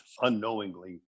unknowingly